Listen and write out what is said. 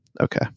Okay